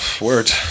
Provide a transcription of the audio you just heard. word